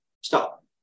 stop